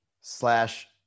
slash